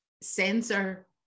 censor